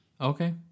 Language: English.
okay